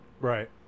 Right